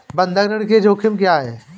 बंधक ऋण के जोखिम क्या हैं?